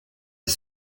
les